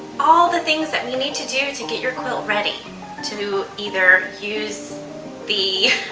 all the things that we need to do to get your quilt ready to either use the